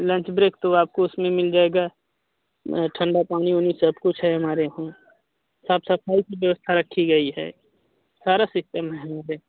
lunch break तो आपको उसमें मिल जाएगा ठंडा पानी ऊनी सब कुछ है हमारे यहाँ साफ सफ़ाई की व्यवस्था रखी गई है सारा सिस्टम है हमारे